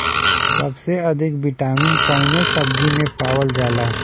सबसे अधिक विटामिन कवने सब्जी में पावल जाला?